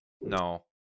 No